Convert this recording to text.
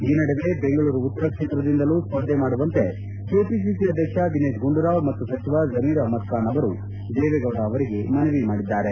ಈ ನಡುವೆ ಬೆಂಗಳೂರು ಉತ್ತರ ಕ್ಷೇತ್ರದಿಂದಲೂ ಸ್ಪರ್ಧೆ ಮಾಡುವಂತೆ ಕೆಪಿಸಿಸಿ ಅಧ್ಯಕ್ಷ ದಿನೇಶ್ಗುಂಡುರಾವ್ ಮತ್ತು ಸಚಿವ ಜಮೀರ್ ಅಹಮದ್ ಖಾನ್ ಅವರು ದೇವೇಗೌಡ ಅವರಿಗೆ ಮನವಿ ಮಾಡಿದ್ದಾರೆ